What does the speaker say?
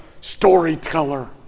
storyteller